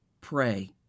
pray